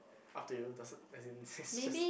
up to you doesn't as in it's just